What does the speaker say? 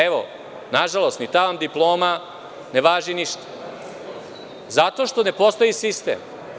Evo, nažalost, ni ta vam diploma ne važi ništa zato što ne postoji sistem.